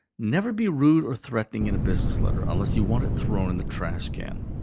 never be rude or threatening in a business letter unless you want it thrown in the trash can.